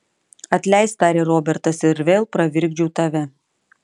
atleisk tarė robertas ir vėl pravirkdžiau tave